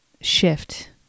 shift